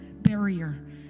barrier